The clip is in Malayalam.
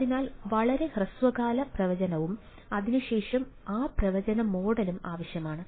അതിനാൽ വളരെ ഹ്രസ്വകാല പ്രവചനവും അതിനുശേഷം ആ പ്രവചന മോഡലും ആവശ്യമാണ്